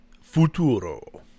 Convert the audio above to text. Futuro